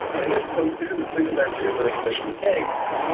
and again, because this is this is actually a very special case,